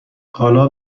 حالا